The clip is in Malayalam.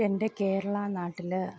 എൻ്റെ കേരളനാട്ടിൽ